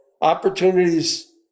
opportunities